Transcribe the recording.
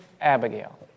Abigail